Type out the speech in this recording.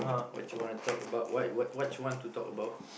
what you wanna talk about what you wanna talk about